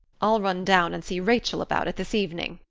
i'll run down and see rachel about it this evening,